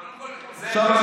קודם כול, זה שאתה